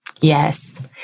Yes